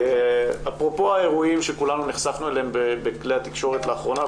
אפרופו האירועים שכולנו נחשפנו אליהם בכלי התקשורת לאחרונה,